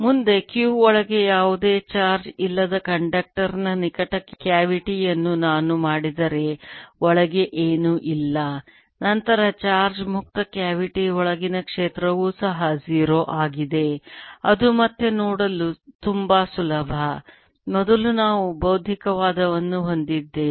ಮುಂದೆ q ಒಳಗೆ ಯಾವುದೇ ಚಾರ್ಜ್ ಇಲ್ಲದ ಕಂಡಕ್ಟರ್ ನ ನಿಕಟ ಕೆವಿಟಿ ಯನ್ನು ನಾನು ಮಾಡಿದರೆ ಒಳಗೆ ಏನೂ ಇಲ್ಲ ನಂತರ ಚಾರ್ಜ್ ಮುಕ್ತ ಕೆವಿಟಿ ಒಳಗಿನ ಕ್ಷೇತ್ರವೂ ಸಹ 0 ಆಗಿದೆ ಅದು ಮತ್ತೆ ನೋಡಲು ತುಂಬಾ ಸುಲಭ ಮೊದಲು ನಾವು ಭೌತಿಕ ವಾದವನ್ನು ಹೊಂದಿದ್ದೇವೆ